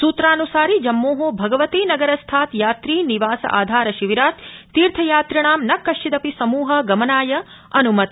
सूत्रान्सारि जम्मो भगवती नगरस्थात् यात्री निवास आधार शिविरात् तीर्थयात्रिणां न कश्चिदपि समूहः गमनाय अन्मतः